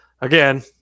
Again